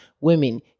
women